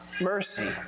mercy